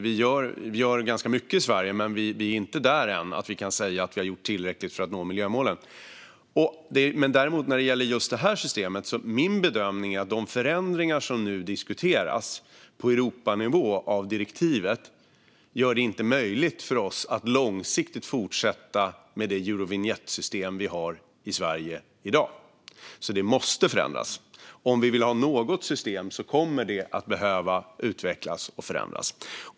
Vi gör ganska mycket i Sverige, men vi är inte där ännu att vi kan säga att vi har gjort tillräckligt för att nå dessa mål. Däremot, när det gäller just Eurovinjettsystemet, är min bedömning att de förändringar av direktivet som nu diskuteras på Europanivå inte gör det möjligt för oss att långsiktigt fortsätta med det Eurovinjettsystem som vi har i Sverige i dag. Det måste alltså förändras. Om vi vill ha något system kommer det att behöva utvecklas och förändras.